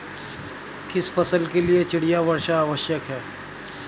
किस फसल के लिए चिड़िया वर्षा आवश्यक है?